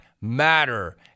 matter